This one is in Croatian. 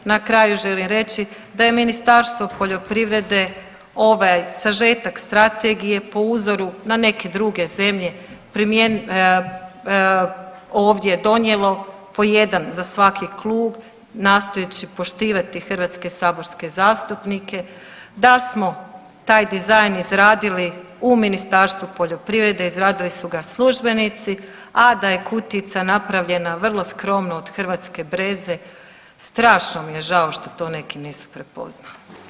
Na kraju želim reći da je Ministarstvo poljoprivrede ovaj sažetak strategije po uzoru na neke druge zemlje ovdje donijelo po jedan za svaki klub nastojeći poštivati hrvatske saborske zastupnike da smo taj dizajn izradili u Ministarstvu poljoprivrede, izradili su ga službenici, a da je kutijica napravljena vrlo skromno od hrvatske breze, strašno mi je žao što to neki nisu prepoznali.